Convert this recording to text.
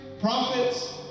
prophets